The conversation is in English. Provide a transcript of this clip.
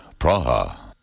Praha